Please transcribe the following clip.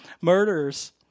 Murders